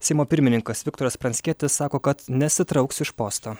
seimo pirmininkas viktoras pranckietis sako kad nesitrauks iš posto